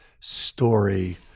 story